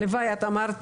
את אמרת